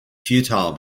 futile